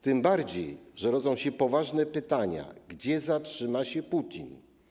Tym bardziej że rodzą się poważne pytania, gdzie zatrzyma się Putin.